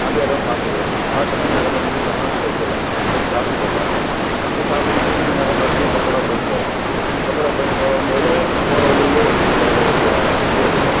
அந்த இடம் பார்த்துக்குறோம் பார்த்தோன நேரா கொண்டு வந்து சரவணாஸில் விட்டுறேன் நீங்கள் சாப்பிட்டுகோங்க முடிச்சு சாப்பிட்டு முடிச்சோனா நேராக மறுபடியும் பகோடா பாயிண்ட் போகறோம் பகோடா பாயிண்ட் போம் போது போகற வழியிலேயே இருக்கு சார் இங்கே இது இருக்கு